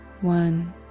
One